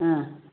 ಹಾಂ